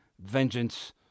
vengeance